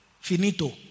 Finito